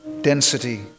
density